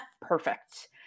perfect